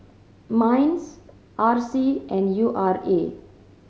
MINDS R C and U R A